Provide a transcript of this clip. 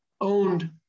owned